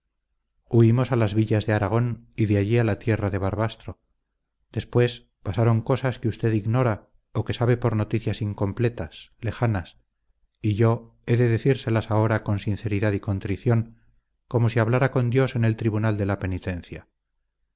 huimos a las villas de aragón y de allí a tierra de barbastro después pasaron cosas que usted ignora o que sabe por noticias incompletas lejanas y yo he de decírselas ahora con sinceridad y contrición como si hablara con dios en el tribunal de la penitencia